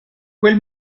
quel